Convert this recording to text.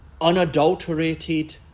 unadulterated